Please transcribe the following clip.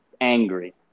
angry